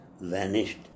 vanished